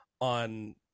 on